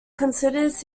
considers